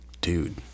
dude